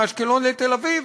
מאשקלון לתל-אביב,